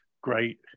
great